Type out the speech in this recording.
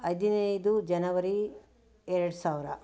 ಹದಿನೈದು ಜನವರಿ ಎರಡು ಸಾವಿರ